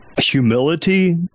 humility